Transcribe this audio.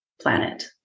planet